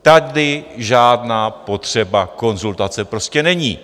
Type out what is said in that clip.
Tady žádná potřeba konzultace prostě není.